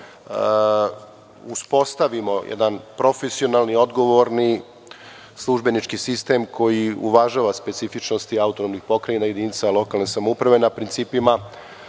uspostavimo jedan profesionalni, odgovorni službenički sistem koji uvažava specifičnosti AP i jedinica lokalne samouprave na principima